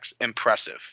impressive